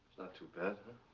too bad, huh?